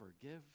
forgive